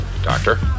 Doctor